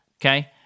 okay